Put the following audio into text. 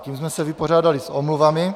Tím jsme se vypořádali s omluvami.